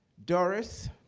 doris,